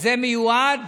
זה מיועד